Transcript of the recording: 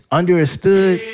understood